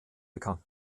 bekannt